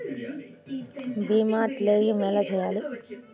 భీమ క్లెయిం ఎలా చేయాలి?